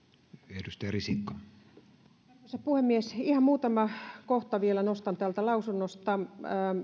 arvoisa puhemies ihan muutaman kohdan vielä nostan täältä lausunnosta